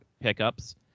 pickups